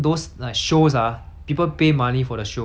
right then after that government charge taxes